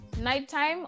nighttime